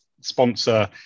sponsor